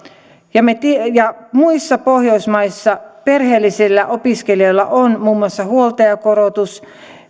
ja muissa pohjoismaissa perheellisillä opiskelijoilla on muun muassa huoltajakorotus